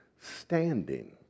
standing